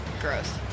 gross